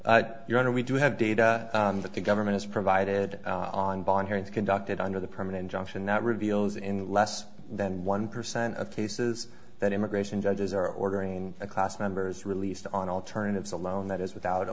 honor we do have data that the government has provided on bond hearings conducted under the permanent junction that reveals in less than one percent of cases that immigration judges are ordering a class members released on alternatives a loan that is without a